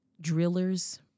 drillers